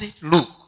look